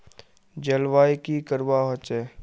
जलवायु की करवा होचे?